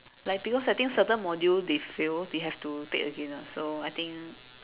like because I think certain module they fail they have to take again lah so I think